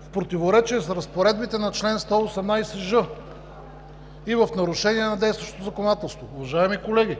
в противоречие с разпоредбите на чл. 118ж и в нарушение на действащото законодателство.“ Уважаеми колеги,